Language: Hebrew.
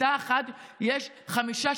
בכיתה אחת יש חמישה,